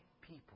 people